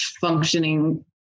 functioning